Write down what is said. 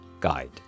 guide